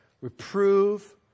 Reprove